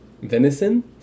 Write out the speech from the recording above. Venison